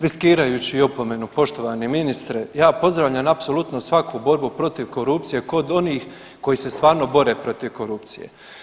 Riskirajući opomenu poštovani ministre, ja pozdravljam apsolutno svaku borbu protiv korupcije kod onih koji se stvarno bore protiv korupcije.